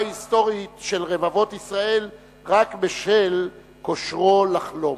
ההיסטורית של רבבות ישראל רק בשל כושרו לחלום.